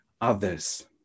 others